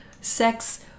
sex